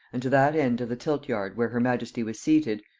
and to that end of the tilt-yard where her majesty was seated,